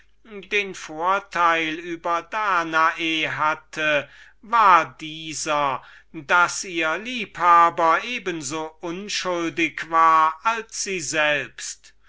den vorteil über danae hatte war dieser daß ihr liebhaber eben so unschuldig war als sie selbst